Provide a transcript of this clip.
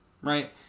right